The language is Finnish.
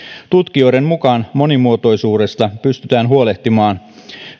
tutkijoiden mukaan monimuotoisuudesta pystytään huolehtimaan